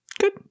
Good